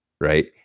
right